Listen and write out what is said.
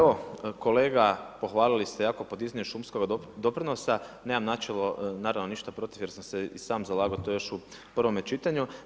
Kolega pohvalili ste jako podizanje šumskog doprinosa, nemam načelno ništa protiv jer sam se i sam zalagao, to još u prvome čitanju.